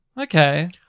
Okay